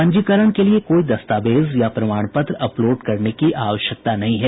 पंजीकरण के लिए कोई दस्तावेज या प्रमाण पत्र अपलोड करने की आवश्यकता नहीं है